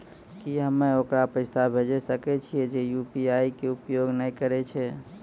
की हम्मय ओकरा पैसा भेजै सकय छियै जे यु.पी.आई के उपयोग नए करे छै?